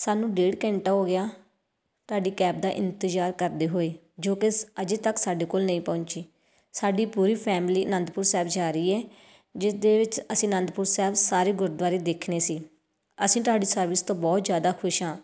ਸਾਨੂੰ ਡੇਢ ਘੰਟਾ ਹੋ ਗਿਆ ਤੁਹਾਡੀ ਕੈਬ ਦਾ ਇੰਤਜ਼ਾਰ ਕਰਦੇ ਹੋਏ ਜੋ ਕਿ ਅਜੇ ਤੱਕ ਸਾਡੇ ਕੋਲ ਨਹੀਂ ਪਹੁੰਚੀ ਸਾਡੀ ਪੂਰੀ ਫੈਮਿਲੀ ਅਨੰਦਪੁਰ ਸਾਹਿਬ ਜਾ ਰਹੀ ਹੈ ਜਿਸ ਦੇ ਵਿੱਚ ਅਸੀਂ ਆਨੰਦਪੁਰ ਸਾਹਿਬ ਸਾਰੇ ਗੁਰਦੁਆਰੇ ਦੇਖਣੇ ਸੀ ਅਸੀਂ ਤੁਹਾਡੇ ਸਰਵਿਸ ਤੋਂ ਬਹੁਤ ਜ਼ਿਆਦਾ ਖੁਸ਼ ਹਾਂ